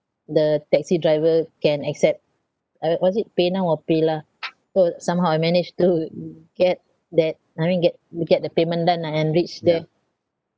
the taxi driver can accept uh was it PayNow or PayLah so somehow I managed to get that I mean get get the payment done lah and reach there